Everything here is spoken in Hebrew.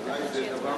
ואולי זה דבר